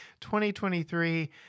2023